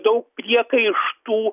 daug priekaištų